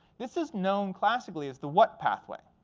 this is known classically as the what pathway.